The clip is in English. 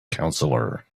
counselor